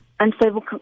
Unstable